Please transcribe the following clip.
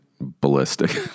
ballistic